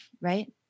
right